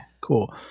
cool